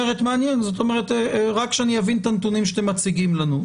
רק שאני אבין את הנתונים שאתם מציגים לנו.